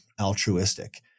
altruistic